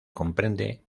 comprende